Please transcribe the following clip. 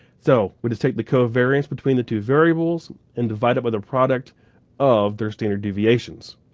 so we just take the covariance between the two variables and divide it by the product of their standard deviations.